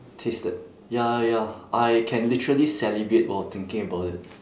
tasted ya ya I can literally salivate while thinking about it